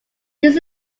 this